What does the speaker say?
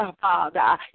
Father